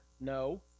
No